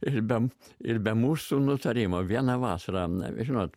ir be ir be mūsų nutarimo vieną vasarą na žinot